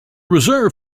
reserve